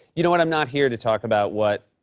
you know what? i'm not here to talk about what.